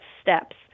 steps